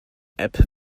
app